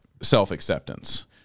self-acceptance